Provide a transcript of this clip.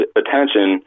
attention